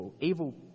evil